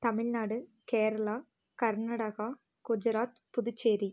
Tamil Nadu Kerala Karnataka Gujarat Puducherry